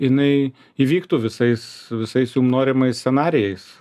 jinai įvyktų visais visais jum norimais scenarijais